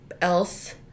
else